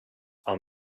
i’ll